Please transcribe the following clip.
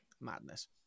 madness